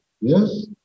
yes